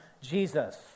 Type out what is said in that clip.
Jesus